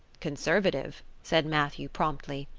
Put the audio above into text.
conservative, said matthew promptly.